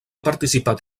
participat